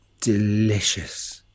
delicious